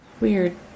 Weird